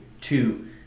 two